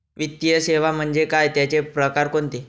वित्तीय सेवा म्हणजे काय? त्यांचे प्रकार कोणते?